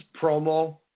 promo